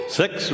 six